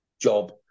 job